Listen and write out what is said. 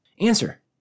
Answer